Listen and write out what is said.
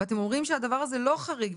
ואתם אומרים שהדבר הזה לא חריג,